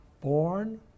born